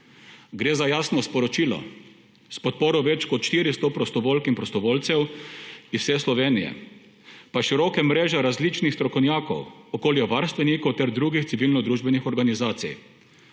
Gre za jasno sporočilo s podporo več kot 400 prostovoljk in prostovoljcev iz vse Slovenije pa široke mreže različnih strokovnjakov, okoljevarstvenikov ter drugih civilnodružbenih organizacij.